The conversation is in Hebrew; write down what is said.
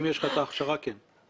אם יש לך את ההכשרה, כן.